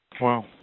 Wow